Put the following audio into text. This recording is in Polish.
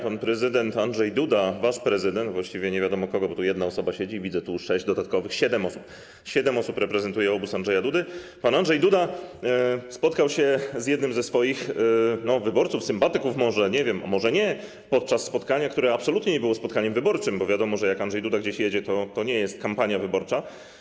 Pan prezydent Andrzej Duda, wasz prezydent - właściwie nie wiadomo kogo, bo tu jedna osoba siedzi, widzę tu sześć dodatkowych, siedem osób, siedem osób reprezentuje obóz Andrzeja Dudy - spotkał się z jednym ze swoich wyborców, może sympatyków, nie wiem, a może nie, podczas spotkania, które absolutnie nie było spotkaniem wyborczym, bo wiadomo, że jak Andrzej Duda gdzieś jedzie, to nie jest to kampania wyborcza.